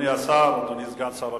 אדוני השר, אדוני סגן שר הביטחון,